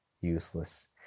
useless